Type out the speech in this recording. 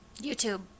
youtube